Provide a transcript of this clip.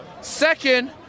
Second